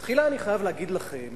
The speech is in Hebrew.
תחילה אני חייב להגיד לכם